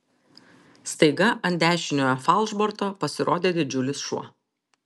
staiga ant dešiniojo falšborto pasirodė didžiulis šuo